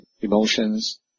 emotions